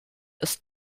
ist